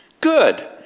good